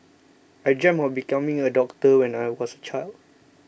I dreamt of becoming a doctor when I was a child